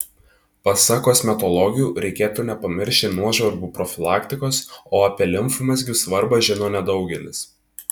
pasak kosmetologių reikėtų nepamiršti nuožvarbų profilaktikos o apie limfmazgių svarbą žino nedaugelis